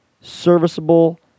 serviceable